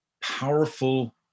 powerful